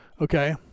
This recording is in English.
okay